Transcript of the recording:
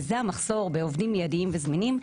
וזה המחסור, המחסור בעובדים מידיים וזמינים.